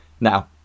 Now